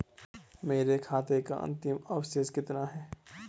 मेरे खाते का अंतिम अवशेष कितना है?